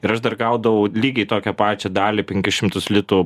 ir aš dar gaudavau lygiai tokią pačią dalį penkis šimtus litų